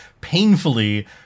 painfully